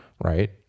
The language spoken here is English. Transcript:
right